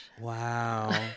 Wow